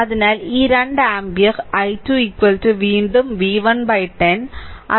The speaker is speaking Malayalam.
അതിനാൽ ഈ 2 ആമ്പിയർ i2 വീണ്ടും v1 10